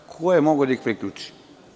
Ko je mogao da ih priključi?